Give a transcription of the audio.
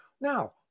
Now